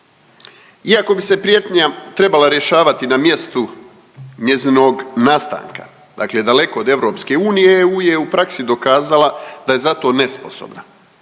Iako bi se prijetnja trebala rješavati na mjestu njezinog nastanka, dakle daleko od EU, EU je u praksi dokazala da je za to nesposobna